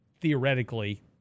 theoretically